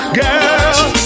girl